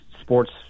sports